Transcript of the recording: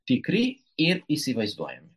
tikri ir įsivaizduojami